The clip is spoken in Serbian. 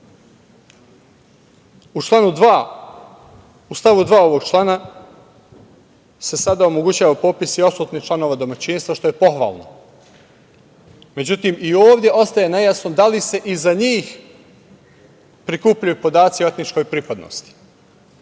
stavu 2. ovog člana se sada omogućava popis i odsutnih članova domaćinstva, što je pohvalno. Međutim, i ovde ostaje nejasno da li se i za njih prikupljaju podaci o etničkoj pripadnosti. Član